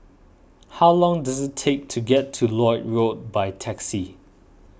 how long does it take to get to Lloyd Road by taxi